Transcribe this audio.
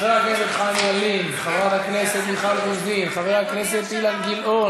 חברת הכנסת יעל גרמן הצביעה בטעות במקומו של חבר הכנסת יאיר לפיד,